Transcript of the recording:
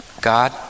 God